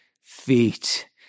feet